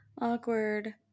Awkward